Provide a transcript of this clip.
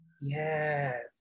Yes